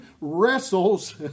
wrestles